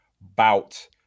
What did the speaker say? bout